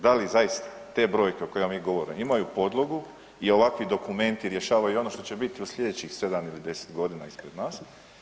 Da li zaista te brojke o kojima mi govorimo, imaju podlogu i ovakvi dokumenti rješavaju i ono što će biti u sljedećih 7 ili 10 godina ispred nas.